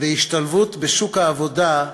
והשתלבות בשוק העבודה,